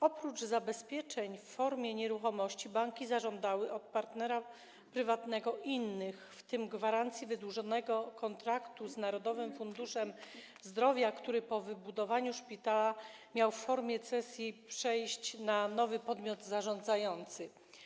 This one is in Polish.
Oprócz zabezpieczeń w formie nieruchomości banki zażądały od partnera prywatnego innych zabezpieczeń, w tym gwarancji wydłużonego kontraktu z Narodowym Funduszem Zdrowia, który po wybudowaniu szpitala miał w formie cesji przejść na nowy podmiot zarządzający.